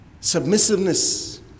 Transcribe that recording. Submissiveness